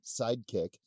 sidekick